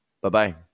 Bye-bye